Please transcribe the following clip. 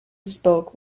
spoke